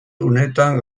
unetan